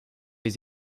les